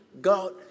God